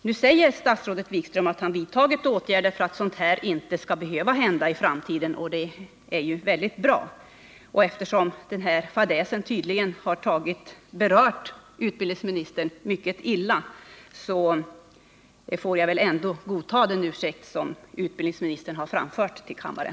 Nu säger statsrådet Wikström att han har vidtagit åtgärder för att sådant inte skall behöva hända i framtiden, och det är mycket bra. Eftersom denna fadäs tydligen har berört utbildningsministern mycket illa får jag ändå godta den ursäkt som han har framfört till kammaren.